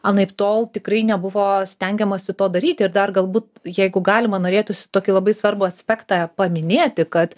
anaiptol tikrai nebuvo stengiamasi to daryti ir dar galbūt jeigu galima norėtųsi tokį labai svarbų aspektą paminėti kad